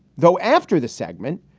though, after the segment,